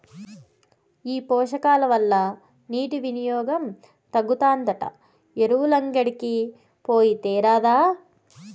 ఈ పోషకాల వల్ల నీటి వినియోగం తగ్గుతాదంట ఎరువులంగడికి పోయి తేరాదా